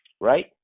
right